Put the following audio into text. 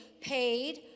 paid